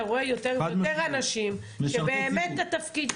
אתה רואה יותר ויותר אנשים שבאמת התפקיד,